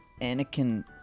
Anakin